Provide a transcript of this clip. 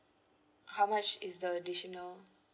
how much is the additional